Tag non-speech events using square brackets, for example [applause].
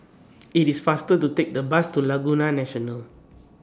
[noise] IT IS faster to Take The Bus to Laguna National